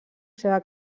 seva